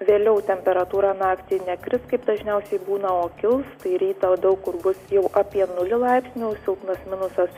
vėliau temperatūra naktį nekris kaip dažniausiai būna o kils tai rytą daug kur bus jau apie nulį laipsnių silpnas minusas